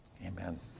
Amen